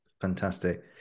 Fantastic